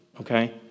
okay